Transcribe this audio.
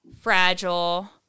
fragile